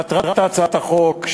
מטרת הצעת החוק,